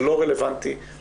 אבל זה לא רלוונטי לעניין.